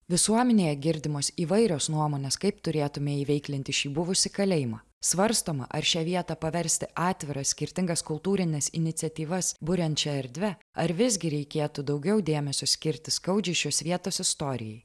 visuomenėje girdimos įvairios nuomonės kaip turėtumėme įveiklinti šį buvusį kalėjimą svarstoma ar šią vietą paversti atvira skirtingas kultūrines iniciatyvas buriančia erdve ar visgi reikėtų daugiau dėmesio skirti skaudžiai šios vietos istorijai